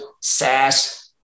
SaaS